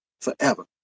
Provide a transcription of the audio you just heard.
Forever